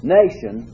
nation